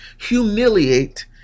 humiliate